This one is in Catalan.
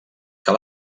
cal